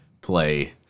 play